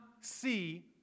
see